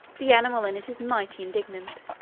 the animal in it is mighty indignant.